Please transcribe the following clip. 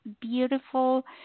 beautiful